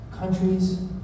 Countries